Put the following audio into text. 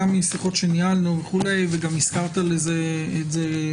גם משיחות שניהלנו וגם רמזת לזה,